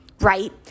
right